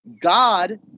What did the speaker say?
God